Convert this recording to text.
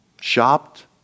shopped